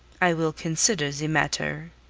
i will consider the matter,